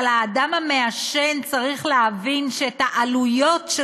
אבל האדם המעשן צריך להבין שהעלויות של